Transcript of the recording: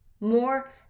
more